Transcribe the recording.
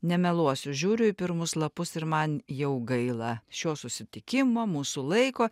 nemeluosiu žiūriu į pirmus lapus ir man jau gaila šio susitikimo mūsų laiko